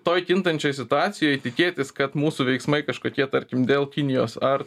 toj kintančioj situacijoj tikėtis kad mūsų veiksmai kažkokie tarkim dėl kinijos ar